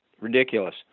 Ridiculous